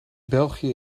belgië